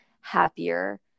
happier